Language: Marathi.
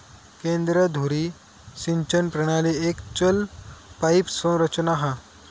केंद्र धुरी सिंचन प्रणाली एक चल पाईप संरचना हा